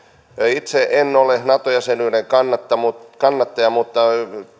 itse en ole nato jäsenyyden kannattaja mutta